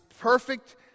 perfect